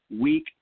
Week